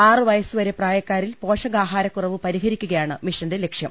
ആറ് വയസുവരെ പ്രായക്കാരിൽ പോഷകാഹാര കുറവ് പരിഹരിക്കുകയാണ് മിഷന്റെ ലക്ഷ്യം